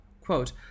quote